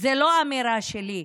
זו לא אמירה שלי.